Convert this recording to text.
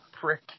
prick